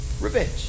Revenge